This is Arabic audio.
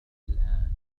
الآن